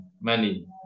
money